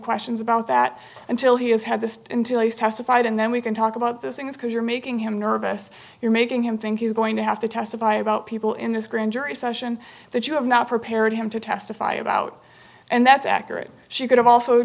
questions about that until he has had this until use testified and then we can talk about this in this because you're making him nervous you're making him think he's going to have to testify about people in this grand jury session that you have not prepared him to testify about and that's accurate she could have also